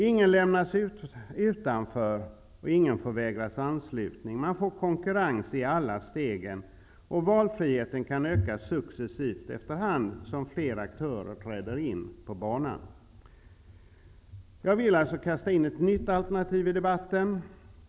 Ingen lämnas utanför, och ingen förvägras anslutning. Vi får konkurrens i alla steg. Valfriheten kan ökas successivt efter hand som fler aktörer träder in på banan. Jag vill alltså kasta in ett nytt alternativ i debatten.